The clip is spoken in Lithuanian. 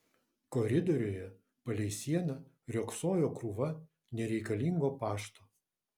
koridoriuje palei sieną riogsojo krūva nereikalingo pašto